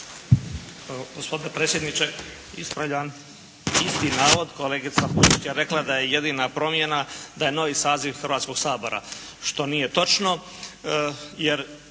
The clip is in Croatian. Gospodine predsjedniče. Ispravljam isti navod. Kolegica Pusić je rekla da je jedina promjena da je novi saziv Hrvatskog sabora, što nije točno. Jer